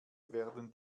werden